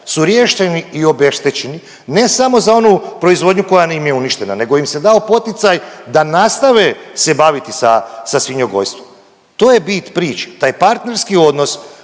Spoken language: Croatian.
su riješeni i obeštećeni ne samo za onu proizvodnju koja im je uništena nego im se dao poticaj da nastave se baviti sa, sa svinjogojstvom, to je bit priče, taj partnerski odnos